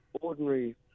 ordinary